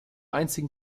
einzigen